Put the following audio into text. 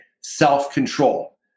self-control